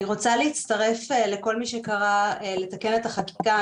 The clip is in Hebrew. אני רוצה להצטרף לכל מי שקרא לתקן את החקיקה.